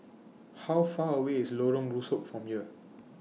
How Far away IS Lorong Rusuk from here